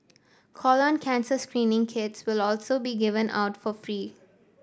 colon cancer screening kits will also be given out for free